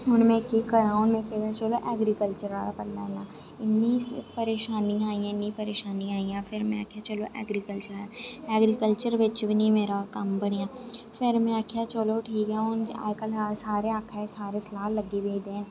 हून में केह् करा में आखेआ चलो एग्रीकल्चर आह्ली भरी लैन्नी इन्नी परेशानियां आइयां इन्नी परेशानियां आइयां में चलो एग्रीकल्चर एग्रीकल्चर बिच बी नेईं मेरा कम्म बनेआ फिर में आखेआ चलो ठीक ऐ हून अजकल अस सारे आक्खा दे सारे सलाह लगी पेए देन